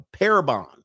Parabon